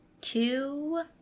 two